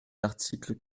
l’article